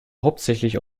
hauptsächlich